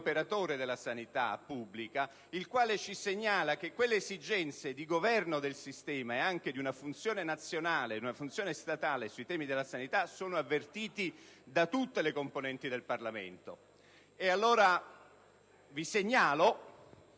operatore della sanità pubblica, il quale ci segnala che quelle esigenze di governo del sistema e anche di una funzione statale sui temi della sanità sono avvertiti da tutte le componenti del Parlamento. Vi segnalo